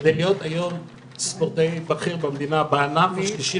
כדי להיות היום ספורטאי בכיר במדינה בענף השלישי